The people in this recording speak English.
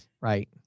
Right